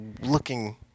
looking